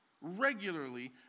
regularly